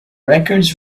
records